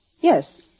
yes